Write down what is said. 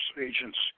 agents